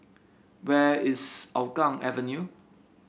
where is Hougang Avenue